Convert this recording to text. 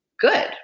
good